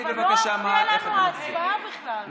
לא הופיעה לנו ההצבעה בכלל.